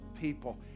people